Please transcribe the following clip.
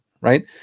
right